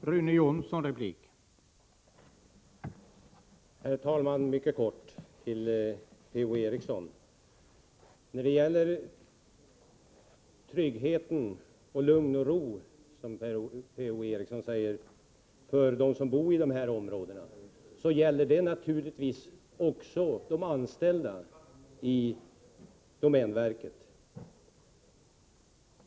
Herr talman! Jag skall bara säga några ord till Per-Ola Eriksson. Behovet av trygghet och lugn och ro för dem som bor i dessa områden — vilket Per-Ola Eriksson tar upp — gäller naturligtvis också de anställda i domänverket.